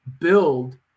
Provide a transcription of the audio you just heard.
build